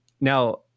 now